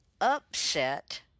upset